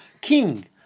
king